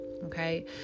Okay